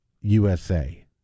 USA